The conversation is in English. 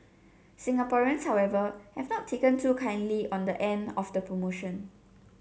Singaporeans however have not taken too kindly on the end of the promotion